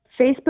Facebook